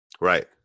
Right